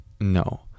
No